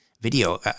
video